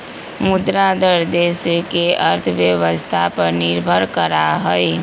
मुद्रा दर देश के अर्थव्यवस्था पर निर्भर करा हई